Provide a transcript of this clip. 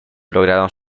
lograron